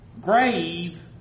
Grave